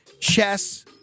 chess